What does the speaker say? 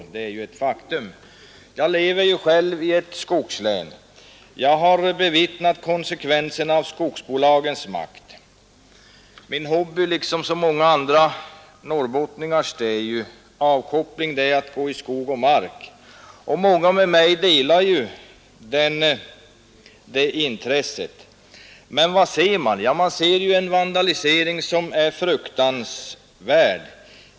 Jag lever själv i ett skogslän och har bevittnat konsekvenserna av skogsbolagens makt. Min hobby och min avkoppling, liksom många andra norrbottningars, är att ströva i skog och mark. Många delar detta intresse med mig. Men vad ser man? Jo, en vandalisering som är fruktansvärd.